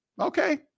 okay